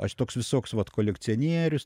aš toks visoks vat kolekcionierius